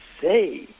say